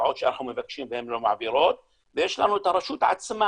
קרקעות שאנחנו מבקשים והן לא מעבירות ויש לנו את הרשות עצמה,